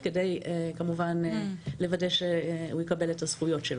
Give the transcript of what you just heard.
כדי לוודא שהוא יקבל את הזכויות שלו.